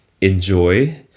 enjoy